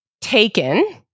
taken